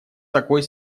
такой